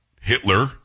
Hitler